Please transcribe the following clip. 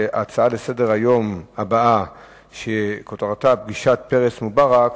להצעות לסדר-היום בנושא פגישת פרס מובארק,